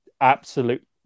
absolute